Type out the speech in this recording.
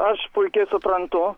aš puikiai suprantu